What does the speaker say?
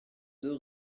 deux